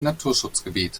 naturschutzgebiet